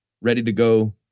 ready-to-go